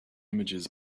images